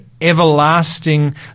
everlasting